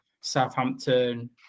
Southampton